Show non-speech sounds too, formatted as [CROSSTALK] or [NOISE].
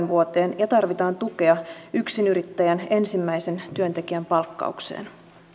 [UNINTELLIGIBLE] vuoteen ja tarvitaan tukea yksinyrittäjän ensimmäisen työntekijän palkkaukseen